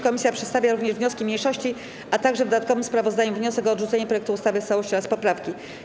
Komisja przedstawia również wnioski mniejszości, a także w dodatkowym sprawozdaniu wniosek o odrzucenie projektu ustawy w całości oraz poprawki.